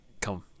come